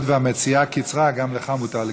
היות שהמציעה קיצרה, גם לך מותר לקצר.